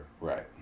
Right